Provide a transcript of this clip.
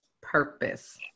purpose